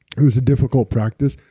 it was a difficult practice.